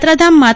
થાત્રાધામ મા